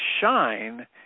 shine